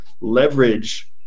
leverage –